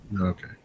Okay